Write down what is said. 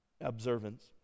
observance